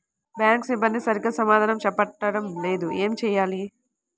Bank సిబ్బంది సరిగ్గా సమాధానం చెప్పటం లేదు ఏం చెయ్యాలి?